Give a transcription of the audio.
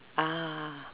ah